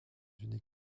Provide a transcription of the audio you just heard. une